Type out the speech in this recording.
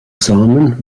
samen